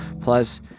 plus